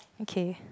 okay